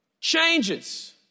changes